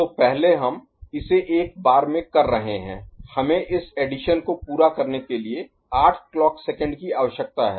तो पहले हम इसे एक बार में कर रहे हैं हमें इस एडिशन को पूरा करने के लिए आठ क्लॉक सेकंड की आवश्यकता है